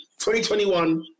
2021